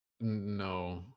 No